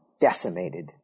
decimated